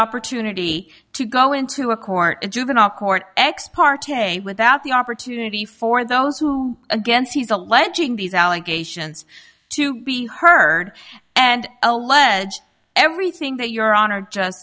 opportunity to go into a court in juvenile court ex parte without the opportunity for those who against he's alleging these allegations to be heard and allege everything that your honor just